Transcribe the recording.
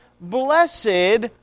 blessed